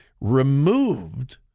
removed